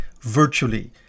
virtually